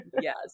Yes